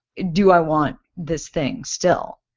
and do i want this thing still?